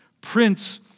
Prince